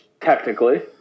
technically